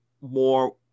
more –